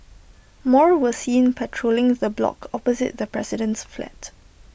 more were seen patrolling the block opposite the president's flat